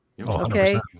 Okay